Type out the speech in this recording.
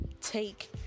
take